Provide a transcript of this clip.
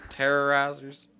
terrorizers